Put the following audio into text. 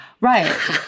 Right